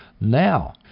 now